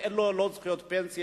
ואין לו לא זכויות פנסיה,